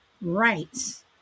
rights